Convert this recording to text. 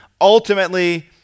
Ultimately